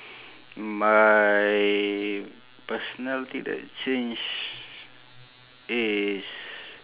my personality that change is